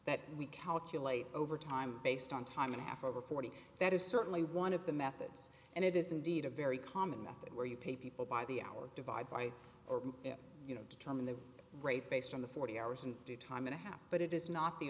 that we calculate overtime based on time and a half over forty that is certainly one of the methods and it is indeed a very common method where you pay people by the hour divide by or you know determine the rate based on the forty hours and do time and a half but it is not the